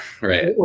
right